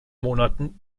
monaten